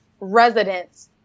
residents